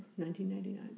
1999